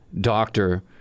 doctor